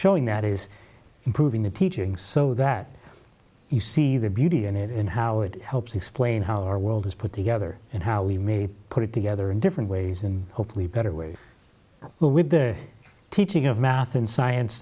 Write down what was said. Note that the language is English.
showing that is improving the teaching so that you see the beauty and how it helps explain how our world is put together and how we put it together in different ways and hopefully better ways but with the teaching of math and science